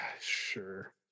Sure